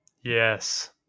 yes